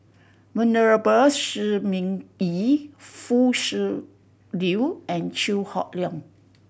Venerable Shi Ming Yi Foo Liew and Chew Hock Leong